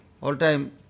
all-time